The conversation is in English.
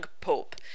pope